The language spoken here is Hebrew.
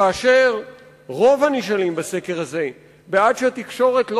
כאשר רוב הנשאלים בסקר הזה בעד שהתקשורת לא